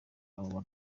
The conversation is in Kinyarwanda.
abo